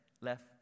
left